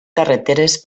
carreteres